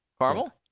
caramel